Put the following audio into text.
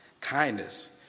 kindness